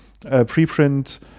preprint